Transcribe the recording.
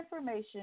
information